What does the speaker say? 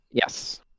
Yes